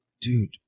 dude